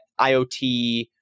IoT